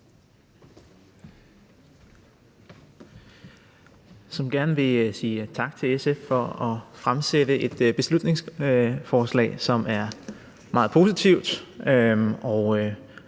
Jeg vil gerne sige tak til SF for at fremsætte et beslutningsforslag, som er meget positivt.